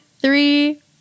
three